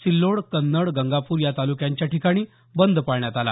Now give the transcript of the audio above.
सिल्लोड कन्नड गंगापूर या तालुक्यांच्या ठिकाणी बंद पाळण्यात आला